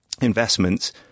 investments